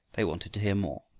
they wanted to hear more,